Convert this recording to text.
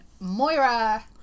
Moira